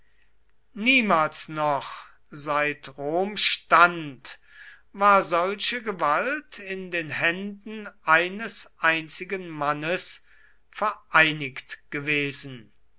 niemals noch seit rom stand war solche gewalt in den händen eines einzigen mannes vereinigt gewesen